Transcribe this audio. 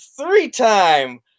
three-time